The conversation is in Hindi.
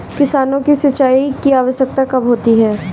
किसानों को सिंचाई की आवश्यकता कब होती है?